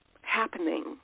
happening